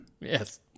Yes